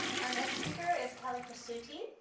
our next speaker is kelly presutti.